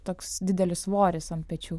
toks didelis svoris ant pečių